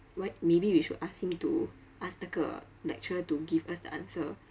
why maybe we should ask him to ask 那个 lecturer to give us the answer